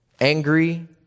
angry